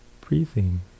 breathing